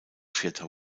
vierter